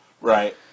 Right